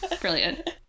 Brilliant